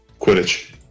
Quidditch